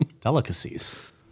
delicacies